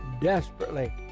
desperately